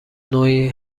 نوعی